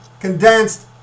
condensed